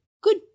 good